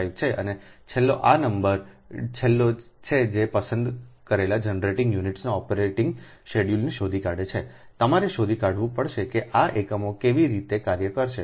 39375 છે અને છેલ્લો આ નંબર ડી છેલ્લો છે જે પસંદ કરેલા જનરેટિંગ યુનિટ્સના ઓપરેટીંગ શિડ્યુલને શોધી કાઢે છે તમારે શોધી કાઢવું પડશે કે આ એકમો કેવી રીતે કાર્ય કરશે